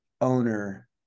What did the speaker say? owner